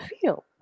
feel